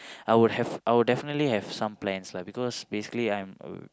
I would have I would definitely have some plans because basically I'm